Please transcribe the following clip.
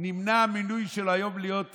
נמנע המינוי שלו היום להיות שר,